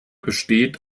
besteht